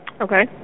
Okay